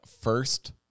first